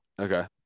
Okay